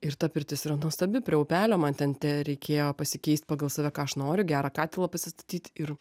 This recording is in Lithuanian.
ir ta pirtis yra nuostabi prie upelio man ten tereikėjo pasikeist pagal save ką aš noriu gerą katilą pasistatyt ir